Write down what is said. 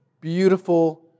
beautiful